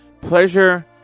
Pleasure